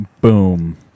Boom